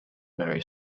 mary